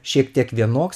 šiek tiek vienoks